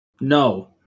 No